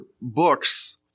books